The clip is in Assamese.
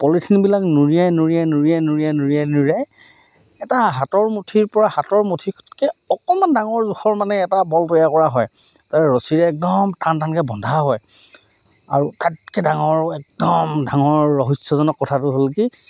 পলিথিনবিলাক নুৰিয়াই নুৰিয়াই নুৰিয়াই নুৰিয়াই নুৰীয়াই নুৰিয়াই এটা হাতৰ মুঠিৰপৰা হাতৰ মুঠিতকৈ অকণমান ডাঙৰ জোখৰ মানে এটা বল তৈয়াৰ কৰা হয় তাৰে ৰছীৰে একদম টান টানকৈ বন্ধা হয় আৰু তাতকৈ ডাঙৰ একদম ডাঙৰ ৰহস্যজনক কথাটো হ'ল কি